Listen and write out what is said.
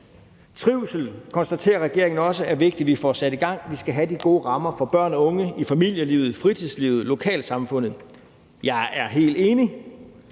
Trivsel konstaterer regeringen også er noget, det er vigtigt vi får sat i gang. Vi skal have de gode rammer for børn og unge i familielivet, i fritidslivet, i lokalsamfundet. Jeg er helt enig.